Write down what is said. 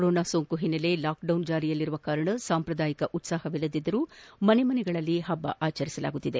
corona ಸೋಂಕಿನ ಹಿನ್ನೆಲೆಯಲ್ಲಿ lockdown ಜಾರಿಯಲ್ಲಿರುವ ಕಾರಣ ಸಾಂಪ್ರದಾಯಿಕ ಉತ್ಸಾಹವಿಲ್ಲದಿದ್ದರೂ ಮನೆ ಮನೆಗಳಲ್ಲಿ ಹಬ್ಬ ಆಚರಿಸಲಾಗುತ್ತಿದೆ